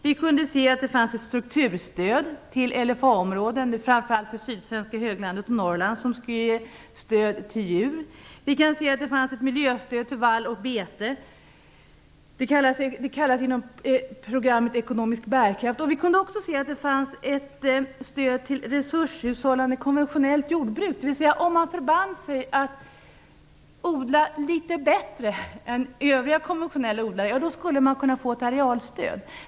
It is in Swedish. Vi kunde se att det fanns ett strukturstöd till LFA-områden, framför allt på det sydsvenska höglandet och i Norrland, som skulle ge stöd till jul. Det fanns ett miljöstöd till vall och bete inom programmet ekonomisk bärkraft. Det fanns också ett stöd till resurshushållande med konventionellt jordbruk. Om man förband sig att odla "litet bättre" än övriga konventionella odlare, skulle man kunna få ett arealstöd.